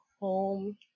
home